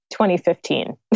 2015